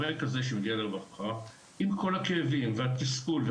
עם כל הכאב והתסכול,